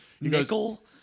Nickel